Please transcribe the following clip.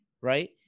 right